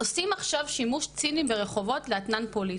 עושים עכשיו שימוש ציני ברחובות לאתנן פוליטי.